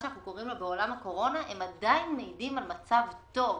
בעולם הקורונה עדיין מעידים על מצב טוב.